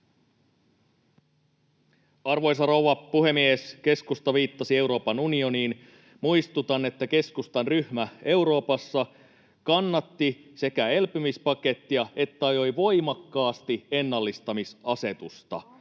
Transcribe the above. Arvoisa rouva puhemies! Keskusta viittasi Euroopan unioniin. Muistutan, että keskustan ryhmä Euroopassa sekä kannatti elpymispakettia että ajoi voimakkaasti ennallistamisasetusta